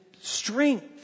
strength